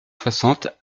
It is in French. soixante